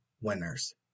winners